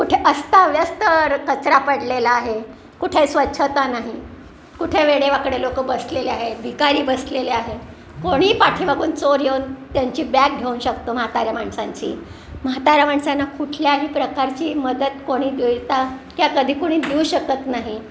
कुठे असताव्यस्तर कचरा पडलेला आहे कुठे स्वच्छता नाही कुठे वेडेवाकडे लोकं बसलेले आहेत भिकारी बसलेले आहे कोणी पाठीमागून चोर येऊन त्यांची बॅग घेऊन शकतो म्हाताऱ्या माणसांची म्हाताऱ्या माणसांना कुठल्याही प्रकारची मदत कोणी देता किंवा कधी कुणी देऊ शकत नाही